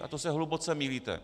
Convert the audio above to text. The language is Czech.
V tom se hluboce mýlíte.